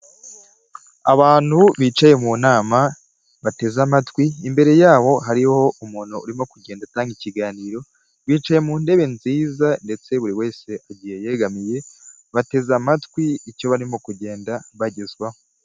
Abantu bicaye mu nama bateze amatwi, imbere yabo hariho umuntu urimo kugenda atanga ikiganiro, bicaye mu ntebe nziza ndetse buri wese agiye yegamiye bateze amatwi icyo barimo kugenda bagezwaho.